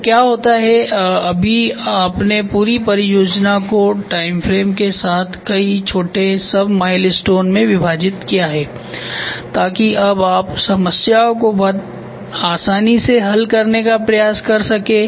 तो क्या होता है अभी आपने पूरी परियोजना को टाइमफ्रेम के साथ कई छोटे सबमाइलस्टोन में विभाजित किया है ताकि अब आप समस्या को बहुत आसानी से हल करने का प्रयास कर सकें